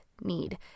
need